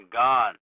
gone